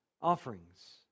offerings